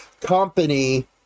company